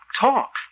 Talk